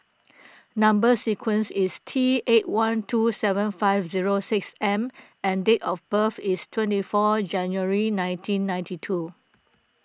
Number Sequence is T eight one two seven five zero six M and date of birth is twenty four January nineteen ninety two